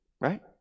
Right